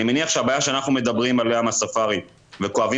אני מניח שהבעיה שאנחנו מדברים עליה עם הספארי וכואבים